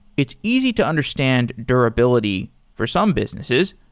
it's easy to understand durability for some businesses.